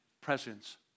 presence